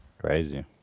Crazy